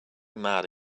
mad